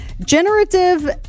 Generative